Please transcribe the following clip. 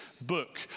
book